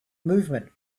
movement